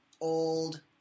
old